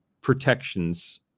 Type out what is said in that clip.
protections